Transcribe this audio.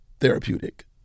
therapeutic